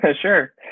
Sure